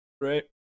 right